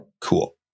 Cool